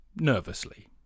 nervously